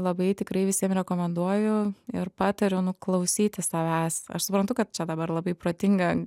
labai tikrai visiem rekomenduoju ir patariu nu klausyti savęs aš suprantu kad čia dabar labai protinga